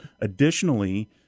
Additionally